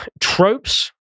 tropes